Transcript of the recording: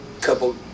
couple